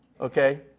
okay